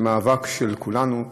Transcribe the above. זה מאבק של כולנו.